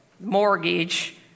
Mortgage